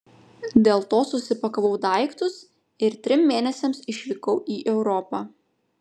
dėl to susipakavau daiktus ir trim mėnesiams išvykau į europą